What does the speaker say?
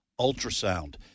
ultrasound